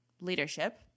leadership